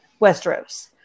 Westeros